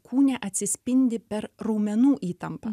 kūne atsispindi per raumenų įtampą